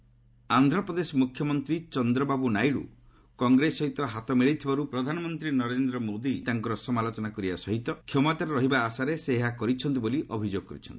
PM Modi workers Andhra Pradesh ମୁଖ୍ୟମନ୍ତ୍ରୀ Chandrababu Naidu Congress ସହିତ ହାତ ମିଳାଇଥିବାରୁ ପ୍ରଧାନମନ୍ତ୍ରୀ ନରେନ୍ଦ୍ର ମୋଦି ତାଙ୍କର ସମାଲୋଚନା କରିବା ସହିତ କ୍ଷମତାରେ ରହିବା ଆଶାରେ ସେ ଏହା କରିଛନ୍ତି ବୋଲି ଅଭିଯୋଗ କରିଛନ୍ତି